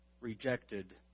rejected